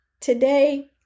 today